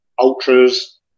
ultras